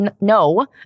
no